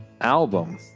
album